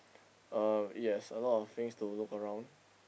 uh it has a lot of things to look around